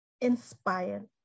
inspired